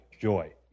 joy